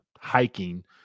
hiking